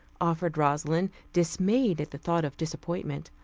offered rosalind, dismayed at the thought of disappointment.